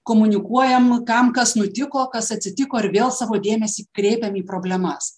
komunikuojam kam kas nutiko kas atsitiko ir vėl savo dėmesį kreipiam į problemas